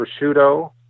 prosciutto